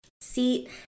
seat